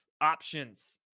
options